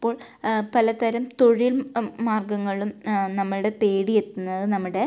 ഇപ്പോൾ പല തരം തൊഴിൽ മാർഗ്ഗങ്ങളും നമ്മളെ തേടി എത്തുന്നത് നമ്മുടെ